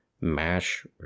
mash